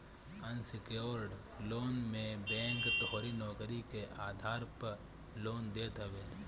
unsecured loan मे bank तोहरी नोकरी के आधार पअ लोन देत हवे